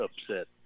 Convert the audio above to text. upset